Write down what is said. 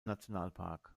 nationalpark